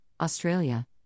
australia